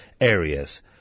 areas